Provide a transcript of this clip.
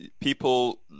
people